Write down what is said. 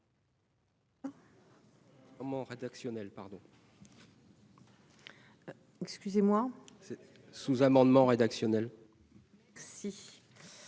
un amendement rédactionnel,